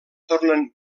tornen